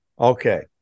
Okay